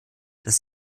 dass